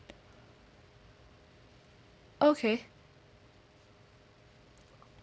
okay